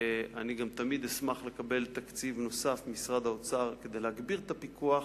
אני גם תמיד אשמח לקבל תקציב נוסף ממשרד האוצר כדי להגביר את הפיקוח,